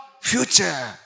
future